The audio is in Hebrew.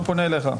הוא פונה אליך.